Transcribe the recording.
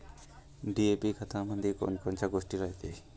DAP खतामंदी कोनकोनच्या गोष्टी रायते?